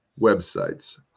websites